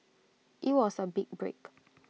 IT was A big break